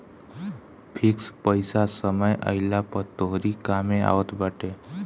fix पईसा समय आईला पअ तोहरी कामे आवत बाटे